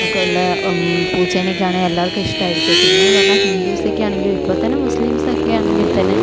ഒക്കെ ഉള്ള പൂച്ചേനെക്കെയാണെൽ എല്ലാവർക്കും ഇഷ്ടമായിരിക്കും പിന്നേന്ന് പറഞ്ഞാൽ ഹിന്ദൂസൊക്കെ ആണെങ്കില് ഇപ്പോൾ തന്നെ മുസ്ലിംസും ഒക്കെ ആണെങ്കിൽ തന്നെ